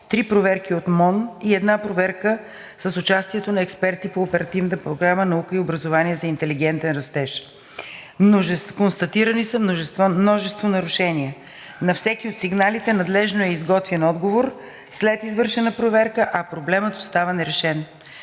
3 проверки от МОН, и една проверка с участието на експерти по Оперативна програма „Наука и образование за интелигентен растеж“. Констатирани са множество нарушения и на всеки от сигналите надлежно е изготвен отговор след извършена проверка, а проблемът остава нерешен.